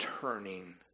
turning